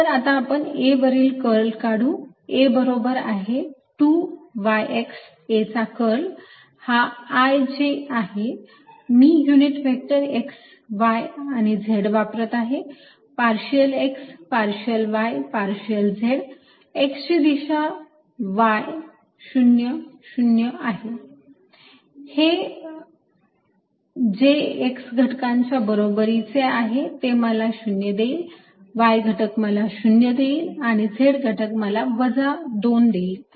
dldxxdyydϕ तर आता आपण A वरील कर्ल काढू A बरोबर आहे 2 yx A चा कर्ल हा ij आहे मी युनिट व्हेक्टर x y आणि z वापरत आहे partial x partial y partial z x ची दिशा y 0 0 आहे हे जे x घटकाच्या बरोबरीचे आहे ते मला 0 देईल y घटक मला 0 देईल z घटक वजा 2 देईल